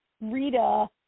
Rita